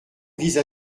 vise